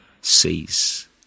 sees